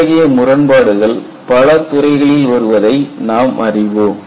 இத்தகைய முரண்பாடுகள் பல துறைகளில் வருவதை நாம் அறிவோம்